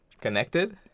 connected